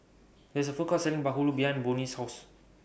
There IS A Food Court Selling Bahulu behind Bonny's House